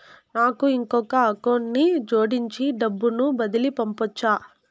నాకు ఇంకొక అకౌంట్ ని జోడించి డబ్బును బదిలీ పంపొచ్చా?